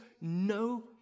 no